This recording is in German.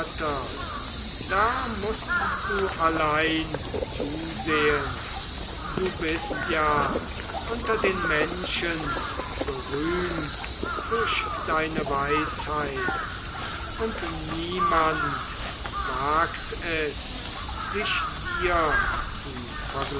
da mußt du allein zusehen du bist ja unter den menschen berühmt durch deine weisheit und niemand wagt es sich dir zu